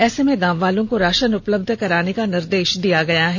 ऐसे में गांव वालों को राषन उपलब्ध कराने का निर्देष दिया गया है